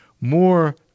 more